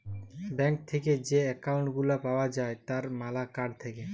bank থেক্যে যে account গুলা পাওয়া যায় তার ম্যালা কার্ড থাক্যে